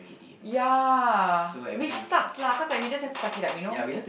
ya which sucks lah cause like we just have to suck it up you know